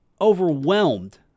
overwhelmed